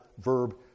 verb